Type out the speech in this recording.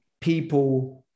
people